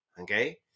okay